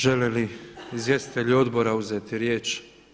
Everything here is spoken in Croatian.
Žele li izvjestitelji odbora uzeti riječ?